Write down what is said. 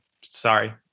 Sorry